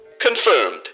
confirmed